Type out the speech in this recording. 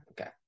okay